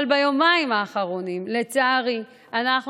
אבל ביומיים האחרונים לצערי אנחנו